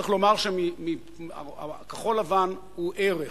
צריך לומר שכחול-לבן הוא ערך.